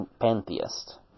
pantheist